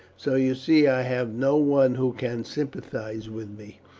so you see i have no one who can sympathize with me.